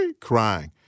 crying